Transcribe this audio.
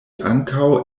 ankaŭ